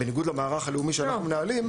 בניגוד למערך הלאומי שאנחנו מנהלים,